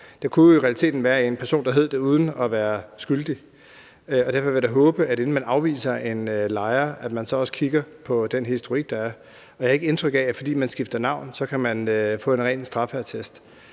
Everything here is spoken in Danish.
Det kunne jo i realiteten være en person, der hed det uden at være skyldig. Og derfor vil jeg da håbe, at man, inden man afviser en lejer, også kigger på den historik, der er. Og jeg har ikke indtryk af, at man, fordi man skifter navn, kan få en ren straffeattest.